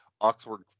Oxford